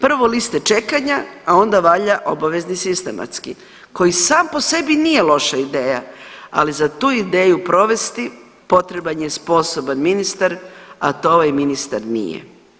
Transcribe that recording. Prvo liste čekanja, a onda valjda obavezni sistematski koji sam po sebi nije loša ideja, ali za tu ideju provesti potreban je sposoban ministar, a to ovaj ministar nije.